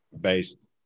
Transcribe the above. based